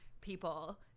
people